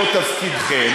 ולא תפקידכם,